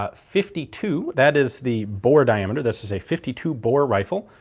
ah fifty two, that is the bore diameter, this is a fifty two bore rifle,